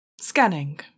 Scanning